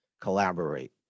collaborate